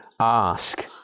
ask